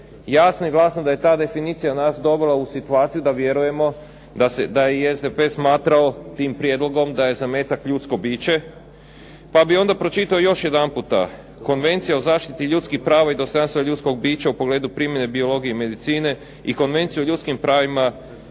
Jasno i glasno da je ta definicija nas dovela u situaciju da vjerujemo da je SDP smatramo tim prijedlogom da je zametak ljudsko biće. Pa bih onda pročitao još jedanput. Konvencija o zaštiti ljudskih prava i dostojanstva ljudskog bića u pogledu primjene biologije i medicine i Konvenciji o ljudskim pravima